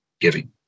giving